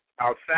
outside